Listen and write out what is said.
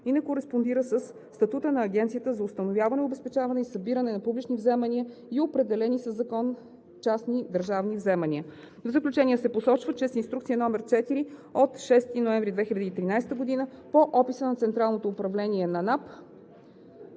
и не кореспондира със статута на Агенцията за установяване, обезпечаване и събиране на публични вземания и определени със закон частни държавни вземания. В заключение се посочва, че с Инструкция № 4 от 6 ноември 2013 г. по описа на Централното управление на